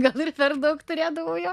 gal ir per daug turėdavau jo